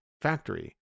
factory